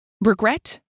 regret